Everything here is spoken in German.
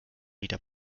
wieder